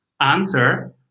answer